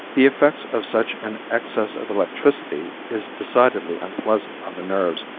the effects of such an excess of electricity is decidedly unpleasant on the nerves,